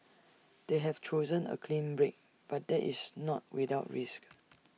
they have chosen A clean break but that is not without risk